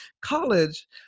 college